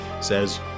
says